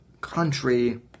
country